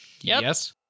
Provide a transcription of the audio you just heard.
Yes